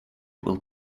will